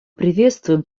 приветствуем